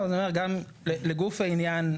לגוף העניין,